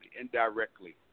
indirectly